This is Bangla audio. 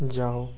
যাও